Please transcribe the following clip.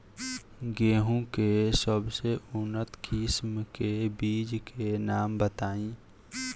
गेहूं के सबसे उन्नत किस्म के बिज के नाम बताई?